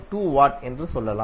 2 watt என்று சொல்லலாம்